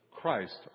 Christ